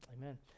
Amen